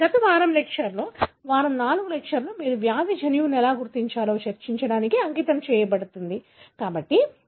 గత వారం లెక్చర్ లు వారం 4 లెక్చర్ లు మీరు వ్యాధి జన్యువును ఎలా గుర్తించాలో చర్చించడానికి అంకితం చేయబడుతుంది